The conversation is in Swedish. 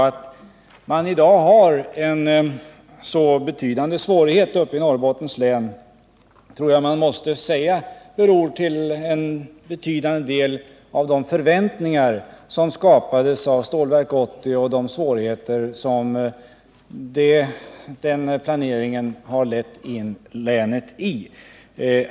Att man i dag har en så betydande svårighet uppe i Norrbottens län beror till stor del på de förväntningar som skapades i och med planeringen för Stålverk 80 och de svårigheter den planeringen har lett in länet i.